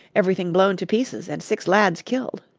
everything blown to pieces, and six lads killed.